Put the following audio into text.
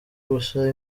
gusa